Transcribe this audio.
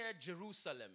Jerusalem